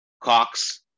Cox